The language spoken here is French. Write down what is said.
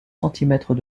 centimètres